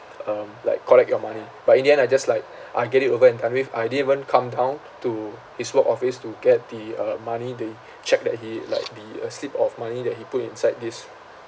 um like collect your money but in the end I just like ah get it over and done with I didn't even come down to his work office to get the uh money the check that he like the a slip of money that he put inside this